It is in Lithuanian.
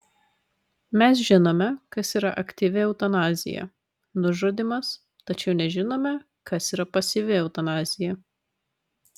mes žinome kas yra aktyvi eutanazija nužudymas tačiau nežinome kas yra pasyvi eutanazija